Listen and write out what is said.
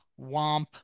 womp